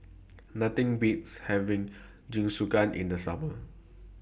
Nothing Beats having Jingisukan in The Summer